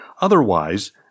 Otherwise